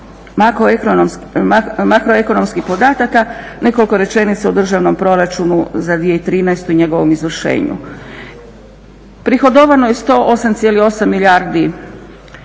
makroekonomskih podataka nekoliko rečenica o državnom proračunu za 2013. i njegovom izvršenju. Prihodovano je 108,8 milijardi